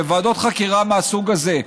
בוועדות חקירה מהסוג הזה,